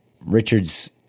Richard's